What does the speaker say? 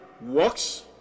works